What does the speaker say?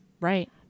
Right